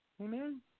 Amen